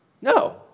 No